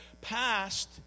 past